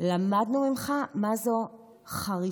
למדנו ממך מה זאת חריצות,